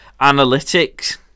analytics